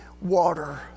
water